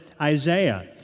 Isaiah